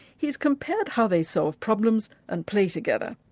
he's compared how they solve problems and play together.